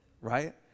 right